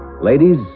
Ladies